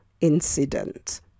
incident